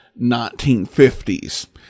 1950s